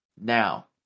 now